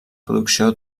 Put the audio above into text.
producció